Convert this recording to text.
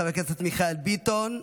חבר הכנסת מיכאל ביטון,